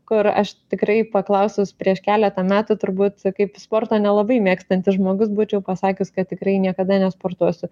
kur aš tikrai paklausus prieš keletą metų turbūt kaip sportą nelabai mėgstantis žmogus būčiau pasakius kad tikrai niekada nesportuosiu